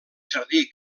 jardí